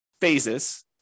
phases